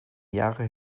jahre